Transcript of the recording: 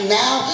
now